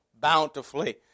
bountifully